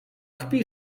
kpi